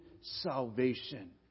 salvation